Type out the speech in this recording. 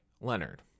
Leonard